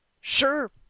Sure